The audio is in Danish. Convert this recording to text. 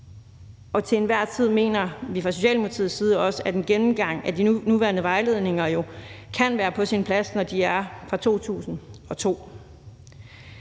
Til enhver tid mener vi også fra Socialdemokratiets side, at en gennemgang af de nuværende vejledninger kan være på sin plads, når de er fra 2002,